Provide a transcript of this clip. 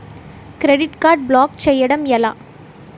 Credit card block చేయడం ఎలా?